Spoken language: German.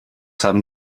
haben